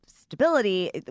stability